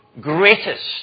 greatest